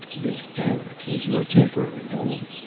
this barracks is your temporary home.